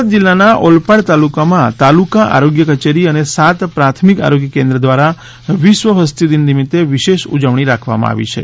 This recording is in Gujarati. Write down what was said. સુરત જિલ્લાના ઓલપાડ તાલુકામાં તાલુકા આરોગ્ય કચેરી અને સાત પ્રાથમિક આરોગ્ય કેન્દ્ર દ્વારા વિશ્વ વસ્તી દિન નિમિત્તે વિશેષ ઉજવણી રાખવામાં આવી છે